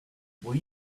will